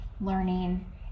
learning